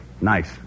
Nice